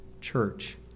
church